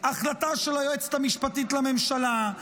החלטה של היועצת המשפטית לממשלה,